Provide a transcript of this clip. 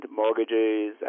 mortgages